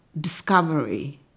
discovery